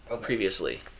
previously